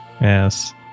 yes